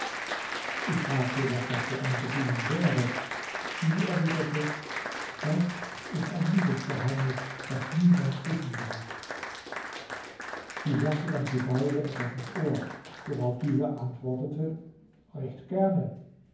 ich fragte was das für eine bedingung wäre sie erwiderte das ist ein liebesgeheimnis das niemand wissen darf sie sagte dann djubeir etwas ins ohr worauf dieser antwortete recht gerne